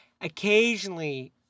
Occasionally